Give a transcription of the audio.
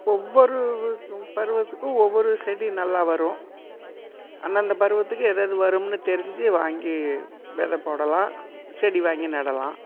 ஒவ்வொரு பருவத்துக்கும் ஒவ்வொரு செடி நல்லா வரும் அந்தந்த பருவத்துக்கு எதெது வரும்னு தெரிஞ்சு வாங்கி வித போடலாம் செடி வாங்கி நடலாம்